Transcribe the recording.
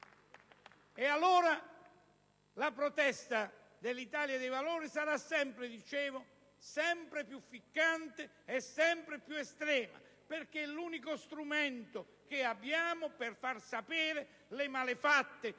Ebbene, la protesta dell'Italia dei Valori sarà sempre - ripeto - più ficcante e più estrema perché è l'unico strumento che abbiamo per far sapere le malefatte